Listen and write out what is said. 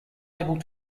able